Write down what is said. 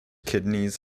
kidneys